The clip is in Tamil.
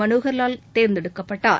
மனோகர் லால் தேர்ந்தெடுக்கப்பட்டார்